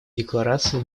декларации